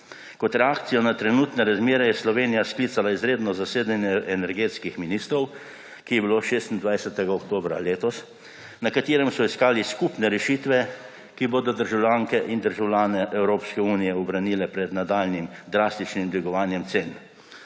Kot reakcijo na trenutne razmere je Slovenija sklicala izredno zasedanje energetskih ministrov, ki je bilo 26. oktobra letos, na katerem so iskali skupne rešitve, ki bodo državljanke in državljane Evropske unije ubranile pred nadaljnjim drastičnim dvigovanjem cen.